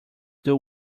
due